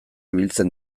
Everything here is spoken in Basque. ibiltzen